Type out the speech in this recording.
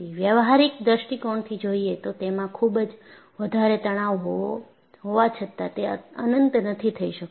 વ્યવહારિક દૃષ્ટિકોણથી જોયે તો તેમાં ખૂબ જ વધારે તણાવ હોવા છતાં તે અનંત નથી થઈ શકતું